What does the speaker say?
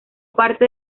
parte